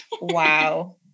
Wow